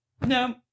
No